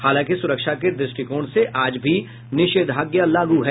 हालांकि सुरक्षा के दृष्टिकोण से आज भी निषेधाज्ञा लागू है